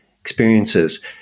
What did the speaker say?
experiences